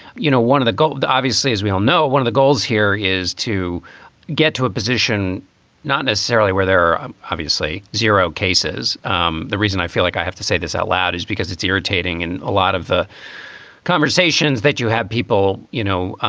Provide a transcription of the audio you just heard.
you know, one of the goals, obviously, as we all know, one of the goals here is to get to a position not necessarily where there are obviously zero cases. um the reason i feel like i have to say this out loud is because it's irritating in a lot of the conversations that you have people, you know,